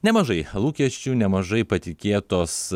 nemažai lūkesčių nemažai patikėtos